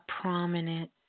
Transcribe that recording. prominent